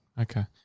Okay